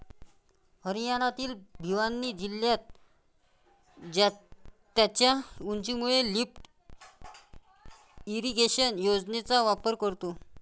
हरियाणातील भिवानी जिल्हा त्याच्या उंचीमुळे लिफ्ट इरिगेशन योजनेचा वापर करतो